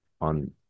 On